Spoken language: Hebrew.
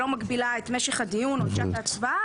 שלא מגבילה את משך הדיון או שעת ההצבעה